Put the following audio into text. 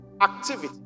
activity